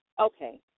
okay